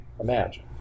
imagine